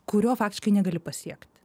kurio faktiškai negali pasiekt